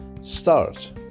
START